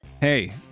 Hey